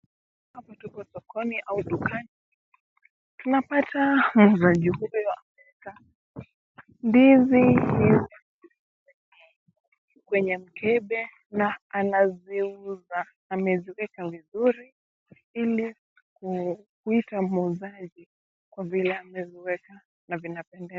Hapa tuko sokoni au dukani. Tunapata muuzaji huyu ameeka ndizi hizi kwenye mkebe na anaziuza. Ameziweka vizuri ili kuita muuzaji kwa vile ameziweka na zinapendeza.